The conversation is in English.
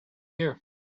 here